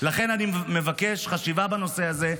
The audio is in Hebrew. לכן אני מבקש חשיבה בנושא הזה.